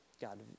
God